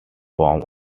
form